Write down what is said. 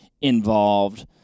involved